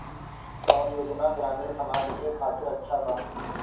कौन योजना ग्रामीण समाज के खातिर अच्छा बा?